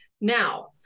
now